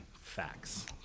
Facts